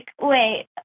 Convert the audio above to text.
wait